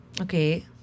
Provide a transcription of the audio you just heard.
Okay